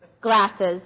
glasses